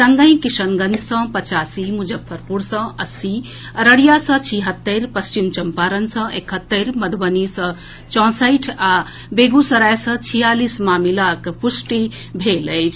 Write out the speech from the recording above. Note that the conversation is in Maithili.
संगहि किशनगंज स पचासी मुजफ्फरपुर स अस्सी अररिया स छिहत्तरि पश्चिम चंपारण स एकहत्तरि मधुबनी स चौसठि आ बेगूसराय स छियालीस मामिलाक पुष्टि भेल अछि